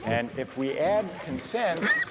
and if we add consent